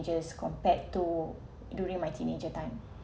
compared to during my teenager time